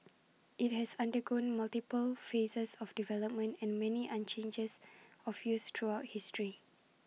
IT has undergone multiple phases of development and many an changes of use throughout history